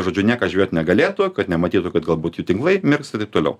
žodžiu niekas žvejot negalėtų kad nematytų kad galbūt jų tinklai mirksta taip toliau